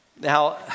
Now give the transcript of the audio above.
Now